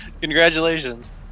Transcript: Congratulations